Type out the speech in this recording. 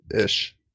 ish